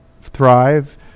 thrive